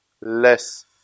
less